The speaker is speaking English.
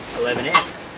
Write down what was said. eleven amps